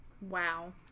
wow